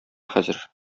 хәзер